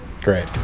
Great